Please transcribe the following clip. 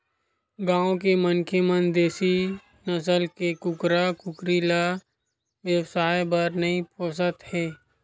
गाँव के मनखे मन देसी नसल के कुकरा कुकरी ल बेवसाय बर नइ पोसत हे